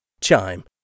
chime